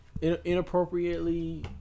inappropriately